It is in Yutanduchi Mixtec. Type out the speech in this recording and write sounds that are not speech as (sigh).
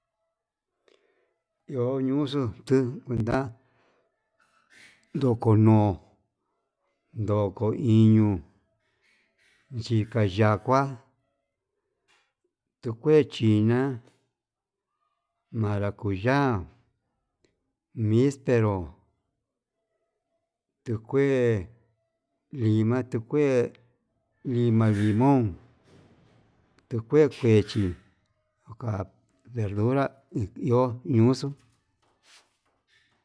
Iho nuxu tuu kunda (hesitation) ndoko (hesitation) no'o ndoko iño, yika yakua tuu kue china'a maracuya, mispero tu kue lima tu kue lima limón tu kue kuechi ka'a verdura hi iho ñuuxu.